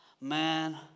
Man